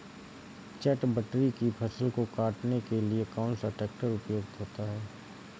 चटवटरी की फसल को काटने के लिए कौन सा ट्रैक्टर उपयुक्त होता है?